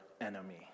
enemy